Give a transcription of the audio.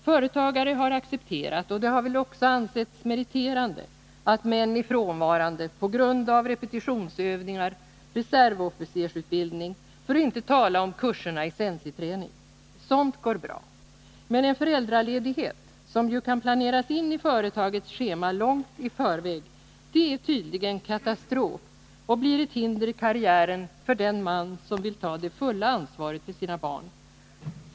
Företagare har accepterat — och det har väl också ansetts meriterande — att män är frånvarande på grund av repetitionsövningar och reservofficersutbildning, för att inte tala om kurserna i sensiträning. Sådant går bra. Men en föräldraledighet, som ju kan planeras in i företagets schema långt i förväg, är tydligen katastrof och blir ett hinder i karriären för den man som vill ta det fulla ansvaret för sina barn.